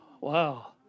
Wow